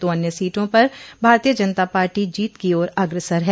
दो अन्य सीटों पर भारतीय जनता पार्टी जीत की ओर अग्रसर है